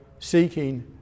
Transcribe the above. seeking